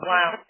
Wow